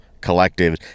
collective